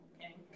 okay